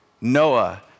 Noah